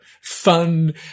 fun